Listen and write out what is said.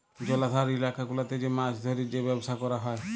জলাধার ইলাকা গুলাতে যে মাছ ধ্যরে যে ব্যবসা ক্যরা হ্যয়